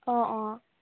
অঁ অঁ